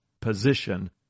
position